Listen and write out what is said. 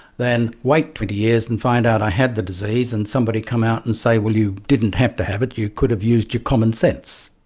than wait twenty years and find out i have the disease and somebody come out and say, well, you didn't have to have it, you could have used your common sense.